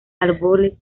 árboles